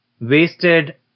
wasted